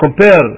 compare